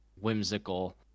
whimsical